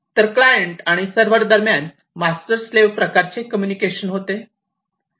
तर क्लायंट आणि सर्व्हर दरम्यान मास्टर स्लेव्ह प्रकारचे कम्युनिकेशन होते